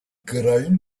grain